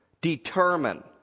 determine